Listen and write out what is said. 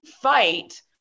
fight